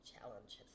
challenges